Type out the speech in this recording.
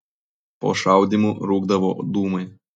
po šaudymų rūkdavo dūmai